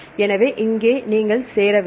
எனவே இங்கே நீங்கள் சேர வேண்டும்